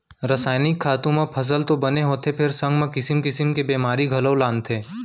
रसायनिक खातू म फसल तो बने होथे फेर संग म किसिम किसिम के बेमारी घलौ लानथे